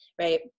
right